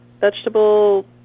vegetable